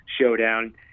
showdown